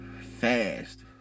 fast